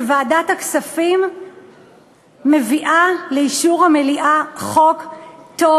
שוועדת הכספים מביאה לאישור המליאה חוק טוב